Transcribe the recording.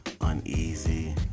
uneasy